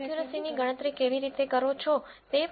તેથી તમે એકયુરસીની ગણતરી કેવી રીતે કરો છો તે પ્રો